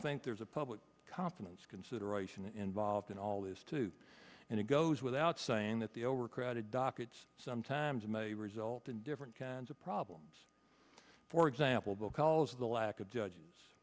think there's a public confidence consideration involved in all this too and it goes without saying that the overcrowded dockets sometimes may result in different kinds of problems for example the cause of the lack of judges